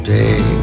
day